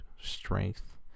strength